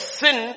sin